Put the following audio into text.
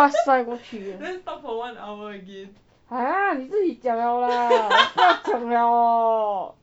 !huh! 你自己讲 liao lah 我不要讲 liao hor